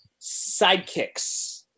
Sidekicks